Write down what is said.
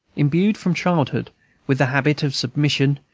imbued from childhood with the habit of submission,